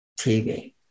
TV